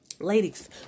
Ladies